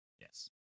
Yes